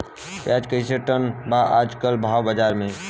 प्याज कइसे टन बा आज कल भाव बाज़ार मे?